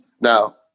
Now